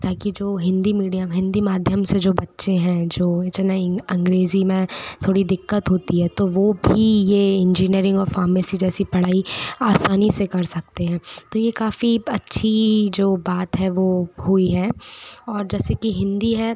ताकि जो हिंदी मीडियम हिंदी माध्यम से जो बच्चे हैं जो इतना इं अंग्रेज़ी में थोड़ी दिक्कत होती है तो वो भी ये इंजीनियरिंग और फार्मेसी जैसी पढ़ाई आसानी से कर सकते हैं तो ये काफ़ी अच्छी जो बात है वो हुई है और जैसे कि हिंदी है